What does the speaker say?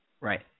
Right